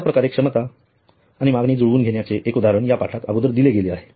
अश्याप्रकारचे क्षमता आणि मागणी जुळवून घेण्याचे एक उदाहरण या पाठात अगोदर दिले गेले आहे